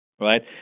right